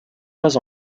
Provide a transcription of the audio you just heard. pas